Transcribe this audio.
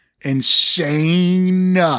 insane